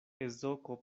ezoko